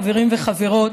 חברים וחברות,